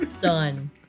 done